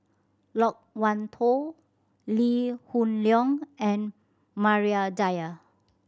Loke Wan Tho Lee Hoon Leong and Maria Dyer